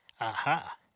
Aha